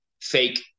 fake